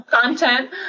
content